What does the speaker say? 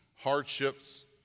hardships